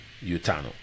Utano